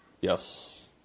Yes